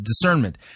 discernment